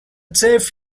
chef